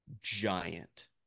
giant